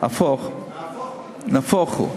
נהפוך הוא, נהפוך הוא.